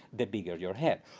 the bigger your head.